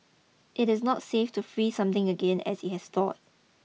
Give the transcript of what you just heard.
it is not safe to freeze something again as it has thawed